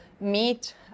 meet